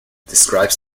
describes